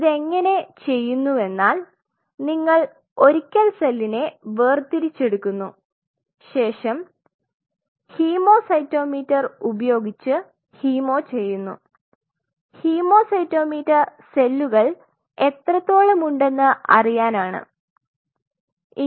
ഇതെങ്ങനെ ചെയ്യുന്നുവെന്നാൽ നിങ്ങൾ ഒരിക്കൽ സെല്ലിനെ വേർതിരിച്ചെടുക്കുന്നു ശേഷം ഹീമോസൈറ്റോമീറ്റർ ഉപയോഗിച്ച് ഹീമോ ചെയ്യുന്നു ഹീമോസൈറ്റോമീറ്റർ സെല്ലുകൾ എത്രത്തോളമുണ്ടെന്ന് അറിയാൻ ആണ്